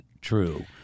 true